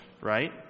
right